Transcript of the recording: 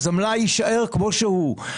אז המלאי יישאר כמו שהוא.